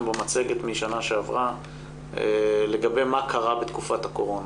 במצגת משנה שעברה לגבי מה קרה בתקופת הקורונה.